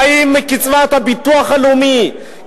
חיים מקצבת הביטוח הלאומי,